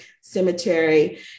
cemetery